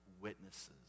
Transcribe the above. witnesses